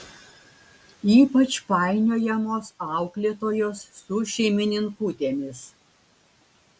ypač painiojamos auklėtojos su šeimininkutėmis